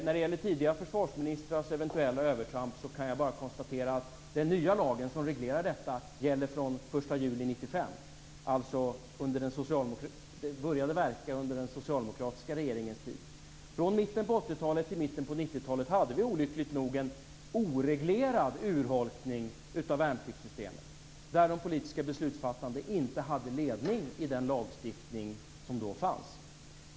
När det gäller tidigare försvarsministrars eventuella övertramp kan jag bara konstatera att den nya lagen som reglerar detta gäller från den 1 juli 1995. Den började verka under den socialdemokratiska regeringens tid. Från mitten på 80-talet till mitten på 90-talet hade vi olyckligt nog en oreglerad urholkning av värnpliktssystemet där de politiska beslutsfattarna inte hade ledning i den lagstiftning som då fanns.